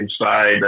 inside